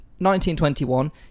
1921